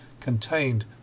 contained